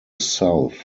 south